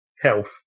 health